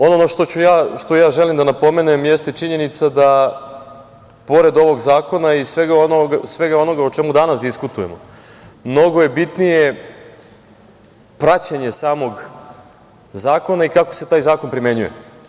Ono što ja želim da napomenem jeste činjenica da, pored ovog zakona i svega onoga o čemu danas diskutujemo, mnogo je bitnije praćenje samog zakona i kako se taj zakon primenjuje.